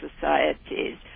societies